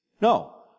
No